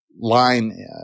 line